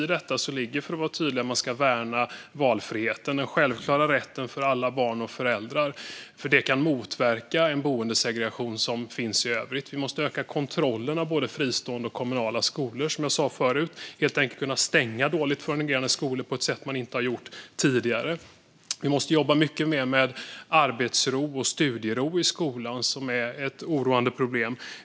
I detta ligger, för att vara tydlig, att värna valfriheten - en självklar rätt för alla barn och föräldrar - för detta kan motverka en boendesegregation som finns i övrigt. Vi måste öka kontrollen av både fristående och kommunala skolor och, som jag sa förut, helt enkelt kunna stänga dåligt fungerande skolor på ett sätt som inte har gjorts tidigare. Vi måste jobba mycket mer med arbetsro och studiero i skolan, som är ett oroande problem.